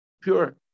pure